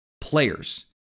players